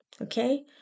Okay